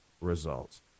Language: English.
results